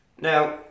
Now